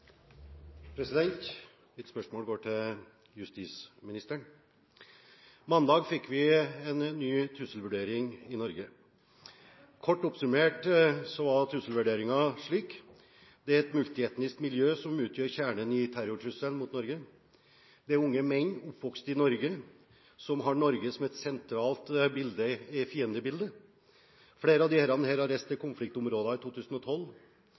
Mitt spørsmål går til justisministeren. Mandag fikk vi en ny trusselvurdering i Norge. Kort oppsummert var trusselvurderingen slik: Det er et multietnisk miljø som utgjør kjernen i terrortrusselen mot Norge. Det er unge menn oppvokst i Norge som har Norge som et sentralt fiendebilde. Flere av disse har reist til konfliktområder i 2012.